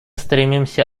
стремимся